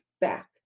back